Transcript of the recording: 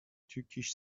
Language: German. tückisch